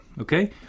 Okay